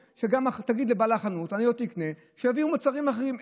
שתגיד לבעל החנות שהיא לא תקנה ושיביאו מוצרים אחרים.